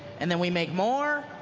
and then we make more.